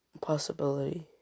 possibility